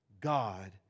God